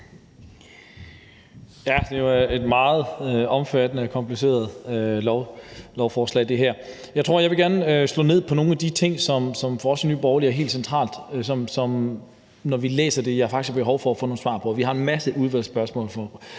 Det her er jo et meget omfattende og kompliceret lovforslag. Jeg vil gerne slå ned på nogle af de ting, som for os i Nye Borgerlige er helt centrale, og som vi, når vi læser det, faktisk har behov for at få nogle svar på. Vi har en masse udvalgsspørgsmål til